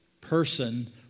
person